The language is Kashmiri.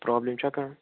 پرٛابلِم چھا کانٛہہ